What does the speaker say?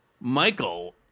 Michael